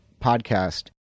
podcast